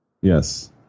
Yes